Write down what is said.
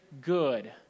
good